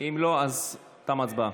אם לא, תמה ההצבעה.